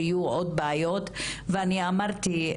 או יהיו עוד בעיות ואני אמרתי,